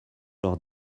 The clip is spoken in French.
lors